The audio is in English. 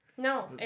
No